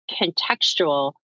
contextual